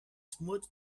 smooth